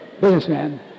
businessman